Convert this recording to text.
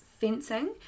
Fencing